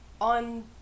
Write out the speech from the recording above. on